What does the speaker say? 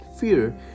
fear